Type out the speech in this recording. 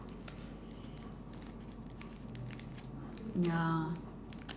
ya